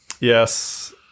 yes